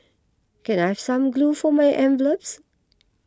can I have some glue for my envelopes